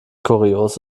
kurios